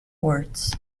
words